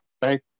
Thank